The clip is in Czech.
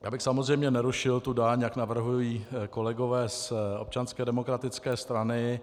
Já bych samozřejmě nerušil tu daň, jak navrhují kolegové z Občanské demokratické strany.